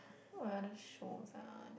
what other shows ah